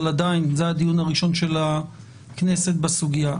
אבל עדיין, זה הדיון הראשון של הכנסת בסוגיה.